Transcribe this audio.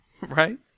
right